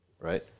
right